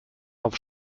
auf